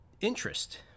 Interest